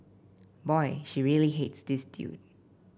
boy she really hates this dude